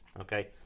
okay